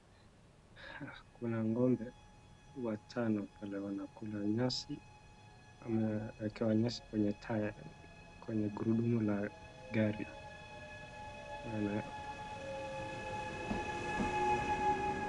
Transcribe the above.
Kuna ng'ombe watano wale wanakula nyasi wamewekewa nyasi kwenye tire , kwenye gurudumu la gari. wana.